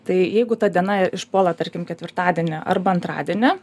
tai jeigu ta diena išpuola tarkim ketvirtadienį arba antradienį